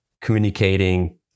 communicating